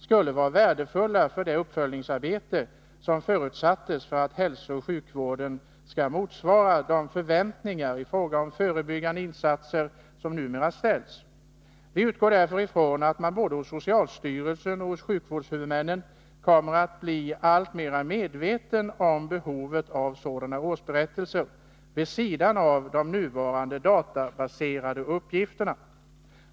skulle vara värdefulla för det uppföljningsarbete som förutsatts för att hälsooch sjukvården skall motsvara de förväntningar i fråga om förebyggande insatser som numera ställs. Vi utgår därför från att man både hos socialstyrelsen och hos sjukvårdshuvudmännen kommer att bli alltmer medveten om behovet av sådana årsberättelser vid sidan av de nuvarande databaserade uppgifterna.